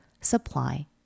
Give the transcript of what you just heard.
supply